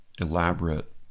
elaborate